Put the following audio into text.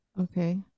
Okay